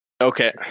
Okay